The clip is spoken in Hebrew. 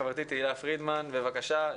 חברתי, תהלה פרידמן, בבקשה.